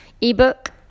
ebook